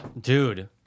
dude